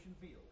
field